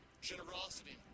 generosity